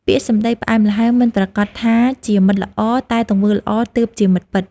ពាក្យសម្តីផ្អែមល្ហែមមិនប្រាកដថាជាមិត្តល្អ តែទង្វើល្អទើបជាមិត្តពិត។